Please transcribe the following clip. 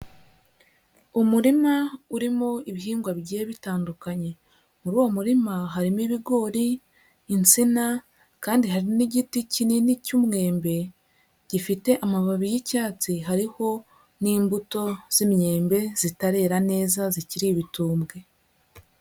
Umurima urimo ibihingwa bigiye bitandukanye, muri uwo murima harimo ibigori, insina kandi hari n'igiti kinini cy'umwembe, gifite amababi y'icyatsi, hariho n'imbuto z'imyembe zitarera neza zikiri ibitumbwe.